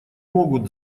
могут